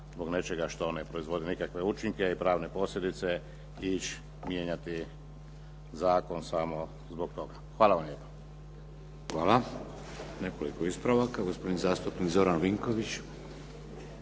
zbog nečega što ne proizvodi nikakve učinke i pravne posljedice ići mijenjati zakon samo zbog toga. Hvala vam lijepa. **Šeks, Vladimir (HDZ)** Hvala. Nekoliko ispravaka. Gospodin zastupnik Zoran Vinković.